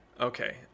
Okay